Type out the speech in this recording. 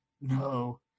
no